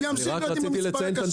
הוא ימשיך להיות עם המספר הכשר.